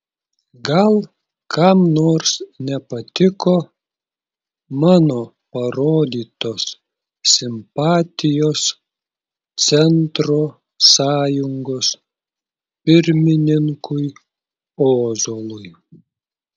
gal kam nors nepatiko mano parodytos simpatijos centro sąjungos pirmininkui ozolui